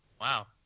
wow